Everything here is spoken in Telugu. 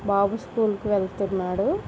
బాబు స్కూల్కు వెళ్తున్నాడు